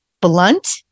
blunt